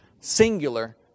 singular